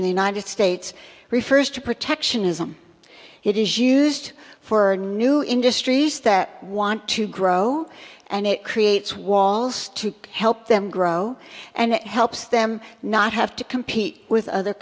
in the united states refers to protectionism it is used for new industries that want to grow and it creates walls to help them grow and helps them not have to compete with other